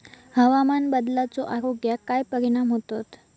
हवामान बदलाचो आरोग्याक काय परिणाम होतत?